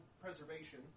preservation